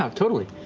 um totally.